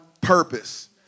purpose